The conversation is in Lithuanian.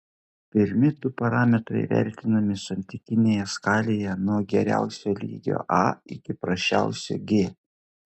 pirmi du parametrai vertinami santykinėje skalėje nuo geriausio lygio a iki prasčiausio g